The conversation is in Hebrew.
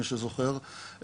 מי שזוכר,